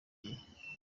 gihe